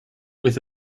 with